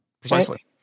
precisely